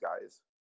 guys